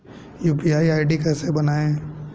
UPI ID कैसे बनाएं?